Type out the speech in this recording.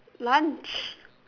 lunch